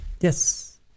Yes